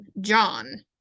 John